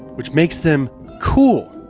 which makes them cool,